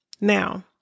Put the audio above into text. Now